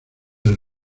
del